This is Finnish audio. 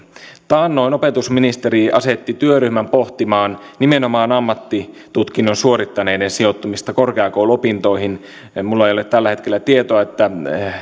taannoin opetusministeri asetti työryhmän pohtimaan nimenomaan ammattitutkinnon suorittaneiden sijoittumista korkeakouluopintoihin minulla ei ole tällä hetkellä tietoa